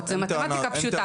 זה מתמטיקה פשוטה.